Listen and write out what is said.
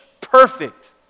perfect